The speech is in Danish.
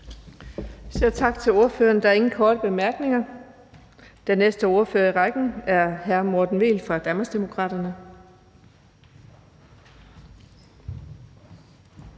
tak til ordføreren. Der er ingen korte bemærkninger. Den næste ordfører i rækken er hr. Morten Vehl fra Danmarksdemokraterne.